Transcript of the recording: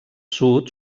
sud